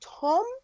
Tom